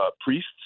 priests